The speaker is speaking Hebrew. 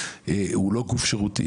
היא לא גוף שירותי,